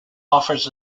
offers